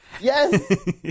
Yes